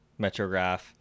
Metrograph